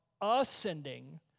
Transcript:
ascending